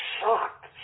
shocked